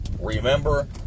remember